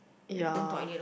ya